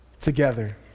together